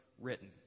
written